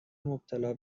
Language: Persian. مبتلا